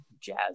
jazz